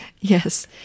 Yes